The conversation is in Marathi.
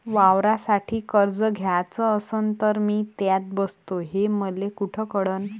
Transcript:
वावरासाठी कर्ज घ्याचं असन तर मी त्यात बसतो हे मले कुठ कळन?